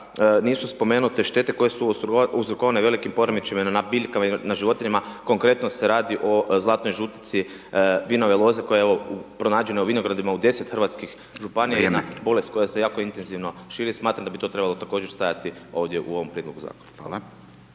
nisu spomenute štete koje su uzrokovane velikim poremećajima na biljkama i na životinjama, konkretno se radi o zlatnoj žutici vinove loze, koja je evo pronađena u vinogradima u 10 hrvatskih županija, jedna bolest koja se jako intenzivno širi, smatram da bi to trebalo također stajati, ovdje u ovom prijedlogu zakona. Hvala.